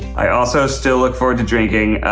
i also still look forward to drinking,